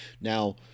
Now